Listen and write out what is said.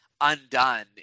undone